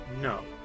No